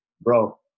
bro